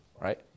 Right